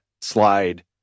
slide